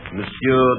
Monsieur